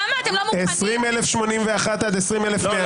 למה אתם לא מוכנים --- 20,081 עד 20,100 מי בעד?